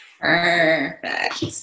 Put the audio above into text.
Perfect